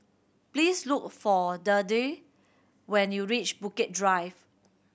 please look for Deirdre when you reach Bukit Drive